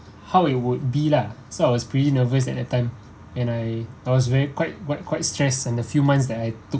how it would be lah so I was pretty nervous at that time and I was very quite quite quite stress in the few months that I took